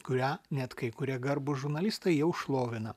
kurią net kai kurie garbūs žurnalistai jau šlovina